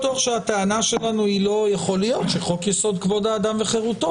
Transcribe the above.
יכול להיות שחוק-יסוד: כבוד האדם וחירותו,